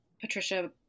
Patricia